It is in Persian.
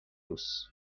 روز